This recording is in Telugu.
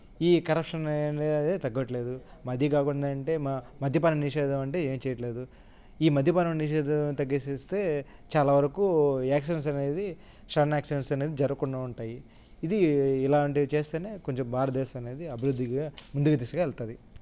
ఈ కరప్షన్ అనే అది తగ్గట్లేదు అది కాకుండా అంటే మధ్యపానం నిషేధం అంటే ఏమి చేయట్లేదు ఈ మధ్యపానం నిషేధం తగ్గిస్తే చాలా వరకు యాక్సిడెంట్స్ అనేది సడన్ యాక్సిడెంట్స్ అనేది జరగకుండా ఉంటాయి ఇది ఇలాంటివి చేస్తే కొంచెం భారతదేశం అనేది అభివృద్ధిగా ముందు దిశగా వెళ్తది